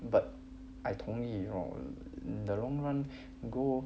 but I 同意 in the long run go